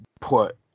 put